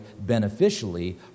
beneficially